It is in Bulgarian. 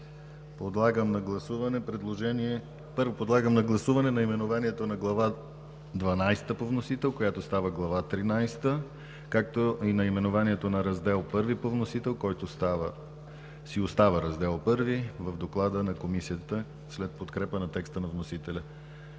Няма. Подлагам на гласуване наименованието на Глава дванадесета по вносител, която става Глава тринадесета, както и наименованието на Раздел І по вносител, който си остава Раздел І в доклада на Комисията, след подкрепа на текста на вносителя.